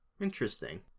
Interesting